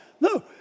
No